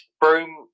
Broom